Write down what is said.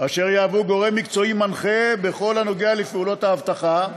אשר יהוו גורם מקצועי מנחה בכל הנוגע לפעולות האבטחה,